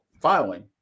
filing